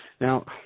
Now